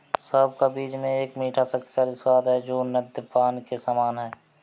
सौंफ का बीज में एक मीठा, शक्तिशाली स्वाद है जो नद्यपान के समान है